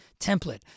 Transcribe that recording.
template